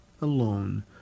alone